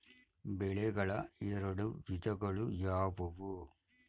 ಬೆಳೆಗಳ ಎರಡು ವಿಧಗಳು ಯಾವುವು?